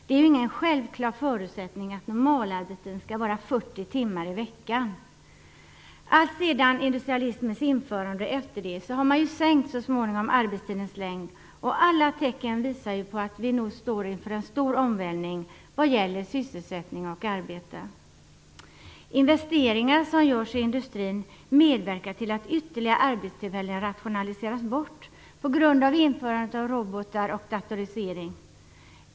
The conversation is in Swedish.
Det är ju ingen självklar förutsättning att normalarbetstiden skall vara 40 timmar i veckan. Efter industrialismens införande har så småningom arbetstiden förkortats. Alla tecken tyder ju på att vi står inför en omvälvning vad gäller sysselsättning och arbete. Investeringar som görs i industrin medverkar till att ytterligare arbetstillfällen rationaliseras bort på grund av införandet av robotar och datorisering.